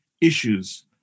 issues